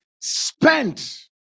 spent